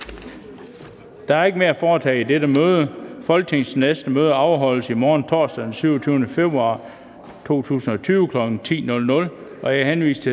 Der er ikke mere at foretage i dette møde. Folketingets næste møde afholdes i morgen, torsdag den 27. februar 2020, kl. 10.00.